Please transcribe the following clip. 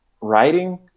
writing